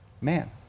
Man